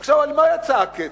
עכשיו, על מה יצא הקצף?